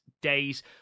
days